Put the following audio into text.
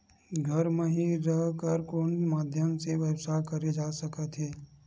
घर म हि रह कर कोन माध्यम से व्यवसाय करे जा सकत हे?